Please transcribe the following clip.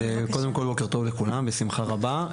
בשמחה רבה.